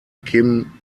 kim